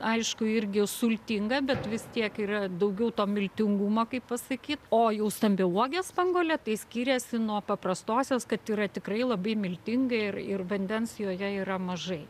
aišku irgi sultinga bet vis tiek yra daugiau to miltingumo kaip pasakyt o jau stambiauogė spanguolė tai skiriasi nuo paprastosios kad yra tikrai labai miltinga ir ir vandens joje yra mažai